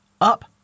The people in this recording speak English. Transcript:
Up